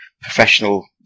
professional